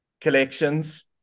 collections